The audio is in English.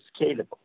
scalable